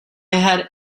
had